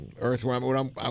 Earthworm